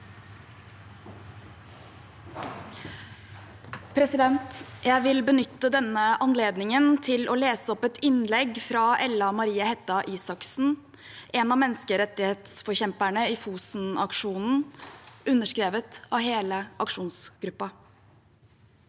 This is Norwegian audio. Jeg vil benytte denne anledningen til å lese opp et innlegg fra Ella Marie Hætta Isaksen, en av menneskerettighetsforkjemperne i Fosen-aksjonen, underskrevet av hele aksjonsgruppen: